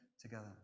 together